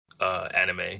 anime